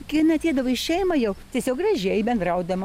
kai jin ateidavo į šeimą jau tiesiog gražiai bendraudama